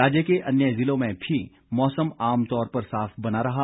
राज्य के अन्य ज़िलों में भी मौसम आमतौर पर साफ बना रहा